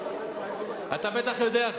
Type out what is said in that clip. אתה בטח יודע,